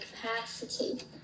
capacity